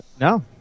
No